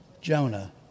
Jonah